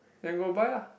then go buy ah